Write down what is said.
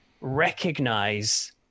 recognize